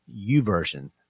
uversion